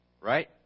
right